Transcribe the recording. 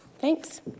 Thanks